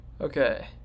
okay